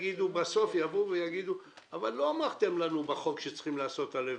בסוף יגידו: לא אמרתם לנו בחוק שצריך לעשות א',